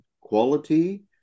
quality